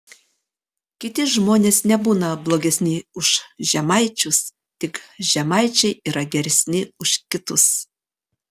kiti žmonės nebūna blogesni už žemaičius tik žemaičiai yra geresni už kitus